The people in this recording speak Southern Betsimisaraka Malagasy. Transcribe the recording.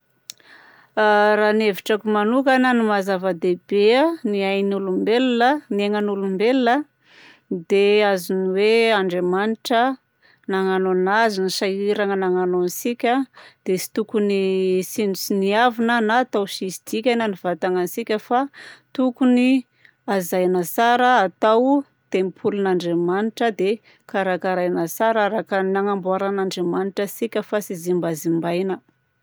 Raha ny hevitrako manokagna ny maha-zava-dehibe ny ain'olombelogna, ny aignan'olombelogna dia azon'ny hoe Andriamanitra nagnano anazy, nisahirana nagnano antsika, dia tsy tokony tsinontsiniavigna na atao tsisy dikany ny vatagnantsika fa tokony hajaina tsara atao tempolin'Andriamanitra dia karakaraigna tsara araka ny nagnamboaran'Andriamanitra antsika fa tsy zimbazimbaina.